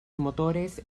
motores